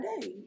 day